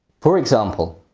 for example